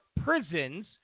prisons